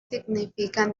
significan